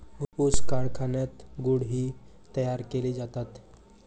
ऊस कारखान्यात गुळ ही तयार केले जातात